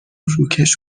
روکش